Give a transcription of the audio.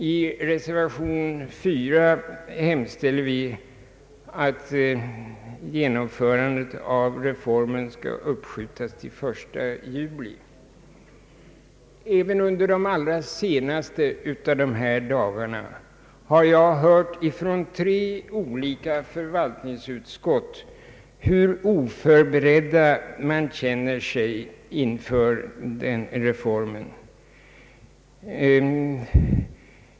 I reservation 4 hemställer vi att ge nomförandet av reformen skall uppskjutas till den 1 juli 1970. även under de allra senaste dagarna har jag från tre olika förvaltningsutskott hört hur oförberedd man känner sig inför reformen.